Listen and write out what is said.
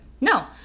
No